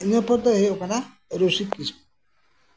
ᱤᱱᱟᱹ ᱯᱚᱨ ᱫᱚᱭ ᱦᱩᱭᱩᱜ ᱠᱟᱱᱟ ᱨᱩᱥᱤᱠ ᱠᱤᱥᱠᱩ